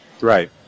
Right